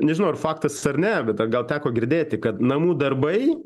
nežinau ar faktas ar ne bet gal teko girdėti kad namų darbai